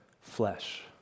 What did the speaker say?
flesh